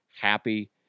happy